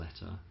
letter